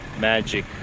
magic